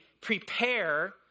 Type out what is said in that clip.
prepare